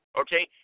okay